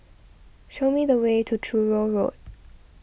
show me the way to Truro Road